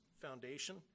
foundation